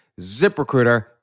ZipRecruiter